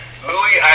Louis